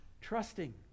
Trusting